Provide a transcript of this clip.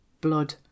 Blood